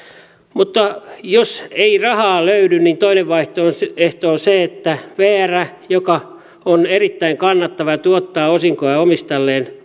mutta jos ei rahaa löydy niin toinen vaihtoehto on se että vrn joka on erittäin kannattava ja on tuottanut osinkoa omistajilleen